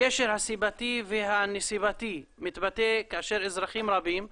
הקשר הסיבתי והנסיבתי מתבטא כאשר אזרחים רבים עצמאים,